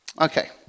Okay